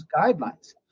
guidelines